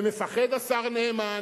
ומפחד השר נאמן,